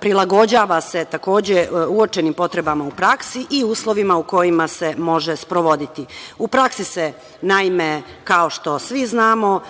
prilagođava se takođe uočenim potrebama u praksi i uslovima u kojima se može sprovoditi. U praksi se naime kao što svi znamo,